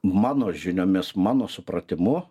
mano žiniomis mano supratimu